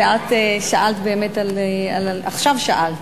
ואת שאלת, עכשיו שאלת.